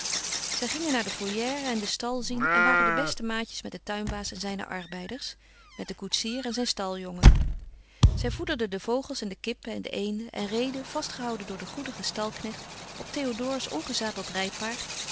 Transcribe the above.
zij gingen naar de volière en den stal zien en waren de beste maatjes met den tuinbaas en zijne arbeiders met den koetsier en zijn staljongen zij voederden de vogels en de kippen en de eenden en reden vastgehouden door den goedigen stalknecht op théodore's ongezadeld